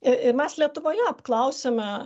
ir mes lietuvoje apklausėme